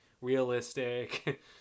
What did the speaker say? realistic